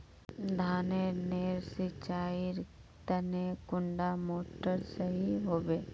धानेर नेर सिंचाईर तने कुंडा मोटर सही होबे?